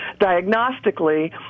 diagnostically